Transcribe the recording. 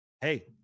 hey